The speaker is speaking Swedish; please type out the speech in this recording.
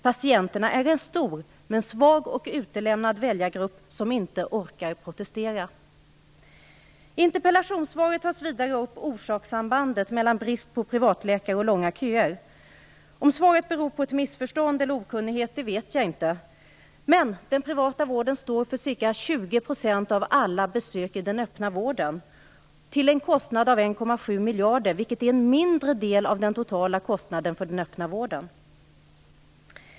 Patienterna är en stor men svag och utlämnad väljargrupp som inte orkar protestera. I interpellationssvaret tas vidare upp orsakssambandet mellan brist på privatläkare och långa köer. Om svaret beror på ett missförstånd eller okunnighet vet jag inte. Den privata vården står för ca 20 % av alla besök i den öppna vården till en kostnad av 1,7 miljarder, vilket är en mindre del av den totala kostnaden för den öppna vården.